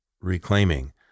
reclaiming